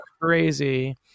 crazy